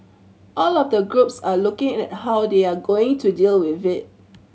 all of the groups are looking at how they are going to deal with it